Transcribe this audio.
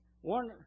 one